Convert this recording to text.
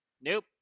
Nope